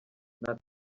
nta